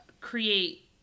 create